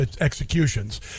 executions